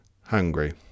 hungry